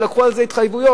ולקחו על זה התחייבויות,